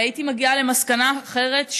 הייתי מגיעה למסקנה אחרת,